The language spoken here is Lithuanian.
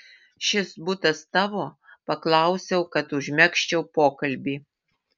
šis butas tavo paklausiau kad užmegzčiau pokalbį